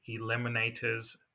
Eliminators